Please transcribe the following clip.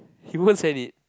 he wouldn't send it